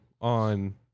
On